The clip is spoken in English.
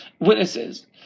witnesses